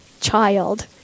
child